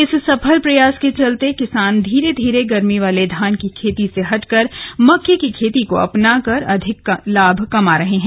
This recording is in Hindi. इस सफल प्रयास के चलते किसान धीरे धीरे गर्मी वाले धान की खेती से हटकर मक्के की खेती को अपनाकर अधिक लाभ कमा रहे हैं